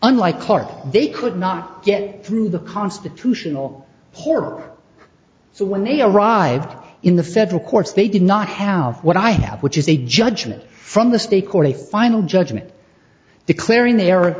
unlike clarke they could not get through the constitutional horror so when they arrived in the federal courts they did not have what i have which is a judgement from the state court a final judgment declaring the